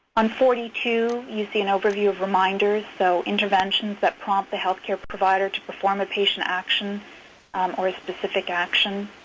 on forty two you see an overview of reminders, so interventions that prompt the health care provider to perform a patient action or a specific action.